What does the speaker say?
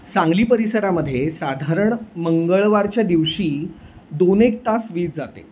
सांगली परिसरामध्ये साधारण मंगळवारच्या दिवशी दोन एक तास वीज जाते